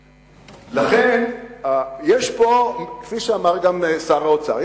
כפי שאמר גם שר האוצר,